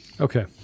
Okay